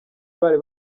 bari